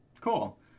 cool